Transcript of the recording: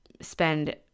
spend